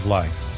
life